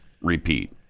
Repeat